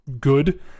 good